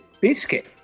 Biscuit